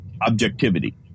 objectivity